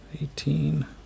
eighteen